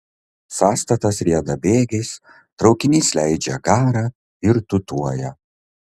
sąstatas rieda bėgiais traukinys leidžia garą ir tūtuoja